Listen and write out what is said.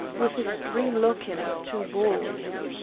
with a spring lock and two bolts.